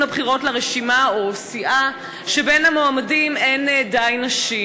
הבחירות לרשימה או סיעה שבין המועמדים שלה אין די נשים.